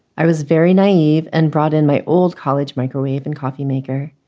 i was very naive and brought in my old college microwave and coffee maker.